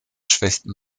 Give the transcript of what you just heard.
schwächten